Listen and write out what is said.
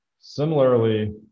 Similarly